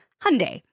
Hyundai